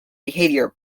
behaviour